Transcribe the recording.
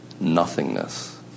nothingness